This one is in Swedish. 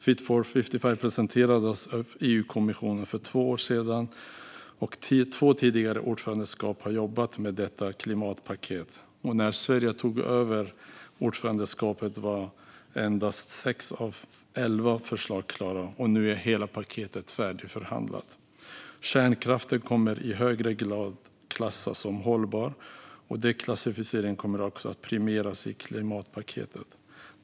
Fit for 55 presenterades av EU-kommissionen för två år sedan, och två tidigare ordförandeskap har jobbat med detta klimatpaket. När Sverige tog över ordförandeskapet var endast sex av elva förslag klara. Nu är hela paketet färdigförhandlat. Kärnkraften kommer i högre grad att klassas som hållbar, och den klassificeringen kommer att premieras i klimatpaketet.